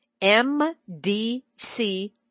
MDC